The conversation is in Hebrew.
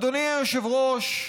אדוני היושב-ראש,